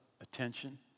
attention